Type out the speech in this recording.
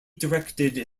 directed